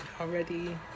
already